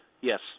Yes